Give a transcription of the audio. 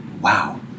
wow